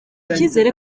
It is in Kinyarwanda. icyizere